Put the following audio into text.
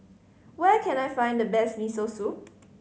where can I find the best Miso Soup